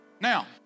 Now